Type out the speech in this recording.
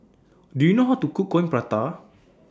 Do YOU know How to Cook Coin Prata